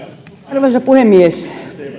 arvoisa puhemies